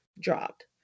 dropped